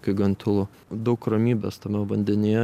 kai gan tylu daug ramybės tame vandenyje